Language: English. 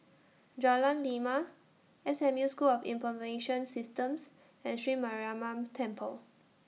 Jalan Lima S M U School of Information Systems and Sri Mariamman Temple